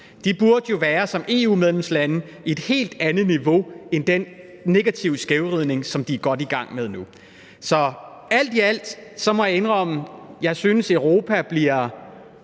De burde jo som EU-medlemslande være på et helt andet niveau uden den negative skævvridning, som de er godt i gang med at foretage nu. Så alt i alt må jeg indrømme, at jeg synes, at Europa bliver